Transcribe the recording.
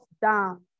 down